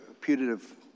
putative